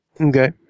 Okay